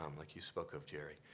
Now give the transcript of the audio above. um like you spoke of, jerry.